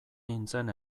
nintzen